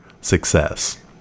success